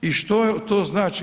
I što to znači?